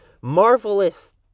marvelous